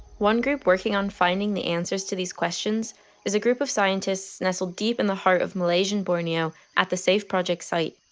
one group working on finding the answers to these questions is a group of scientists nestled deep in the heart of malaysian borneo at the safe project site.